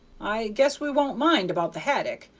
i guess we won't mind about the haddock.